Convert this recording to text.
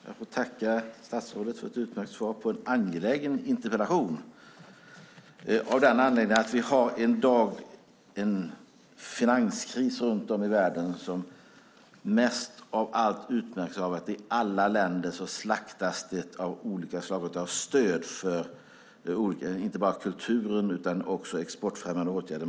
Jag får tacka statsrådet för ett utmärkt svar på en angelägen interpellation, av den anledningen att vi i dag har en finanskris runt om i världen som mest av allt utmärks av att det i alla länder slaktas olika slag av stöd, inte bara till kulturen utan också till exportfrämjande åtgärder.